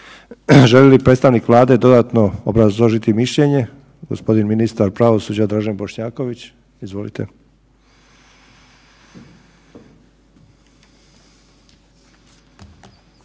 Želi li predstavnik Vlade dodatno obrazložiti mišljenje? G. ministar pravosuđa, Dražen Bošnjaković, izvolite.